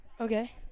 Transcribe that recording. Okay